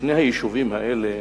לשני היישובים האלה,